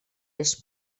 les